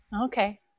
Okay